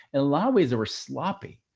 in a lot of ways, there were sloppy.